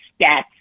stats